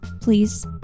please